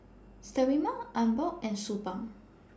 Sterimar Abbott and Suu Balm